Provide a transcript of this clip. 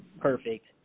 perfect